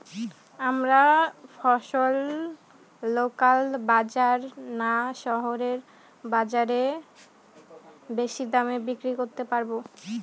আমরা ফসল লোকাল বাজার না শহরের বাজারে বেশি দামে বিক্রি করতে পারবো?